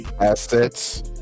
assets